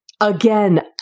Again